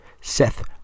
Seth